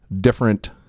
different